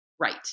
right